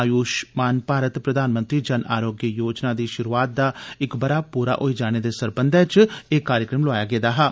आयुष्मान भारत प्रधानमंत्री जन आरोग्य योजना दी शुरूआत दा इक ब'रा पूरा होई जाने दे सरबंधै च एह् कार्यक्रम लोआया गेदा हा